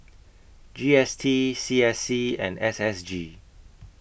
G S T C S C and S S G